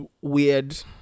weird